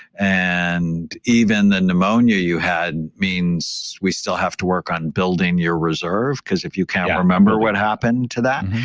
and even the pneumonia, you had means. we still have to work on building your reserve because if you can't remember what happened to that,